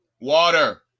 Water